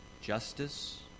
Justice